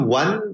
one